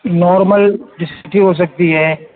normal جس کی ہو سکتی ہے